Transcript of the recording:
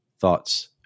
thoughts